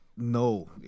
no